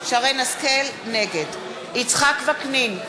יצחק וקנין,